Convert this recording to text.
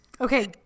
Okay